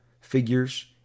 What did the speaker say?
figures